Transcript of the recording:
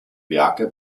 werke